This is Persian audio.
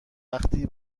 وقتی